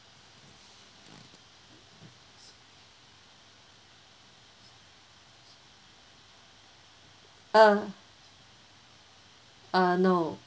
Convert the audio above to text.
uh uh no